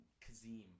Kazim